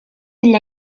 degli